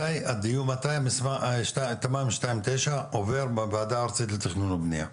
מתי תמ"מ 2/ 9 עובר במועצה הארצית לתכנון ובנייה?